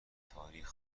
تاریخ